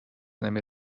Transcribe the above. نمی